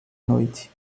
noite